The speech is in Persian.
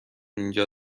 اینجا